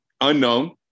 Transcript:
unknown